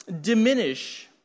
diminish